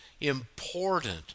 important